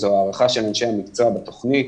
זו הערכה של אנשי המקצוע בתוכנית,